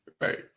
right